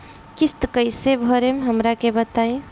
किस्त कइसे भरेम हमरा के बताई?